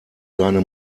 seine